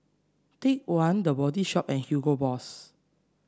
Take One The Body Shop and Hugo Boss